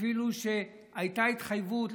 אפילו שהייתה התחייבות לתושבים,